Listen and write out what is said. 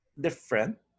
different